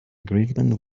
agreement